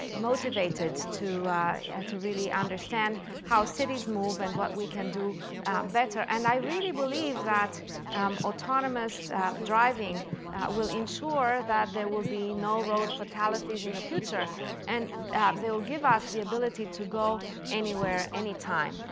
ah motivated to to really understand how cities move and what we can do better. and i really believe that um autonomous driving will ensure that there will be no road fatalities in the future and they will give us the ability to go anywhere anytime.